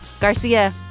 Garcia